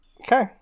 Okay